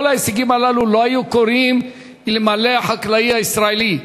כל ההישגים הללו לא היו קורים אלמלא החקלאי הישראלי,